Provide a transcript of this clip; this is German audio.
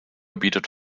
bietet